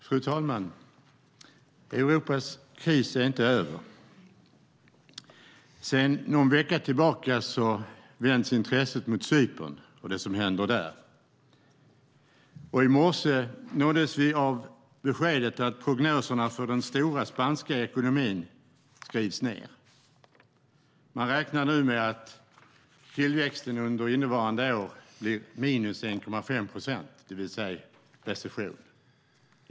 Fru talman! Europas kris är inte över. Sedan någon vecka tillbaka vänds intresset mot Cypern och det som händer där. I morse nåddes vi av beskedet att prognoserna för den stora spanska ekonomin skrivs ned. Man räknar nu med att tillväxten under innevarande år blir minus 1,5 procent, det vill säga recession.